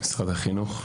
משרד החינוך.